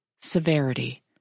severity